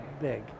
big